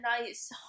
nice